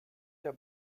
der